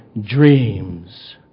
dreams